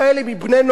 מירושלים,